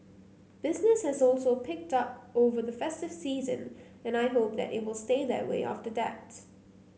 business has also picked up over the festive season and I hope that it will stay that way after that